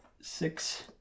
six